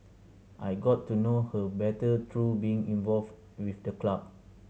I got to know her better through being involved with the club